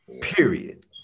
Period